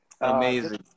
Amazing